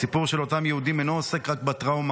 הסיפור של אותם יהודים אינו עוסק רק בטראומה,